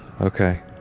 Okay